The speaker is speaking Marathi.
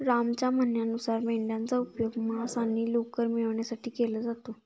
रामच्या म्हणण्यानुसार मेंढयांचा उपयोग मांस आणि लोकर मिळवण्यासाठी केला जातो